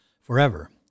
forever